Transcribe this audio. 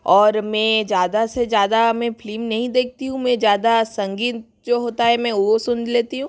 और मैं ज़्यादा से ज़्यादा मैं फ्लिम नहीं देखती हूँ मैं ज़्यादा संगीत जो होता है मैं वो सुन लेती हूँ